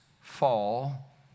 fall